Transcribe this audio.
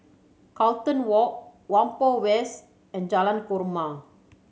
Carlton Walk Whampoa West and Jalan Korma